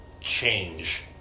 change